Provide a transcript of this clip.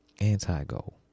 anti-goal